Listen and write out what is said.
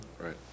Right